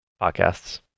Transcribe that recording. podcasts